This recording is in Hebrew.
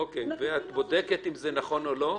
את בודקת אם זה נכון או לא?